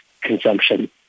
consumption